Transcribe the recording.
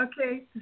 Okay